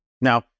Now